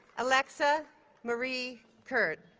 alexa marie curt